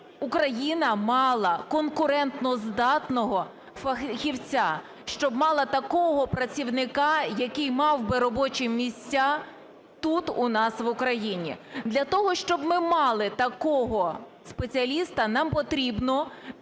Україна мала конкурентоздатного фахівця, щоб мала такого працівника, який мав би робочі місця тут у нас в Україні. Для того, щоб ми мали такого спеціаліста, нам потрібно підтримати